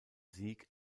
sieg